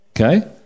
Okay